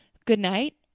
good night,